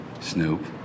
Snoop